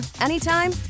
anytime